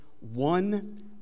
one